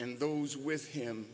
and those with him